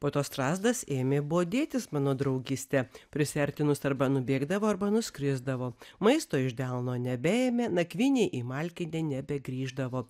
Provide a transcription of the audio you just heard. po to strazdas ėmė bodėtis mano draugyste prisiartinus arba nubėgdavo arba nuskrisdavo maisto iš delno nebeėmė nakvynei į malkine nebegrįždavo